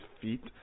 feet